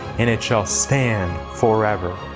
and it shall stand for ever.